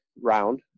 round